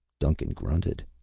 duncan grunted.